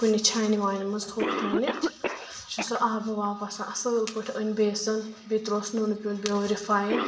کُنہِ چَھَانہِ وانہِ منٛز تھوٚو پھِیٲنِتھ چھُ سُہ آبہٕ وابہٕ آسان اَصٕل پٲٹھۍ أنۍ بیٚسَن بیٚیہِ ترٛووس نُنہٕ پیٚونٛت بیہٕ اوٚن رِفایِن